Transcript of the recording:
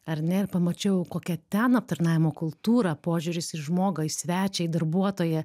ar ne ir pamačiau kokia ten aptarnavimo kultūra požiūris į žmogą į svečią į darbuotoją